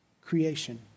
creation